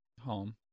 Home